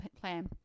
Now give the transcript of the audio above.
plan